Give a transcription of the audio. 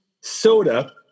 soda